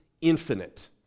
infinite